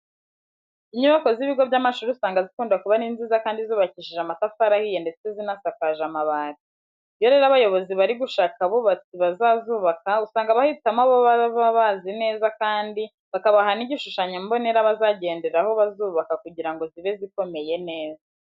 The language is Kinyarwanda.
Inyubako z'ibigo by'amashuri usanga zikunda kuba ari nziza kandi zubakishije amatafari ahiye ndetse zinasakaje amabati. Iyo rero abayobozi bari gushaka abubatsi bazazubaka usanga bahitamo abo baba bazi neza kandi bakabaha n'igishushanyo mbonera bazagenderaho bazubaka kugira ngo zibe zikomeye neza.